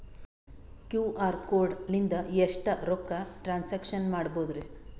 QR code ಲಿಂದ ಎಷ್ಟ ರೊಕ್ಕ ಟ್ರಾನ್ಸ್ಯಾಕ್ಷನ ಮಾಡ್ಬೋದ್ರಿ?